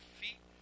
feet